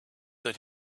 that